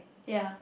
ya